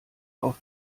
auf